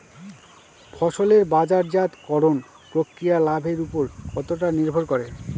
ফসলের বাজারজাত করণ প্রক্রিয়া লাভের উপর কতটা নির্ভর করে?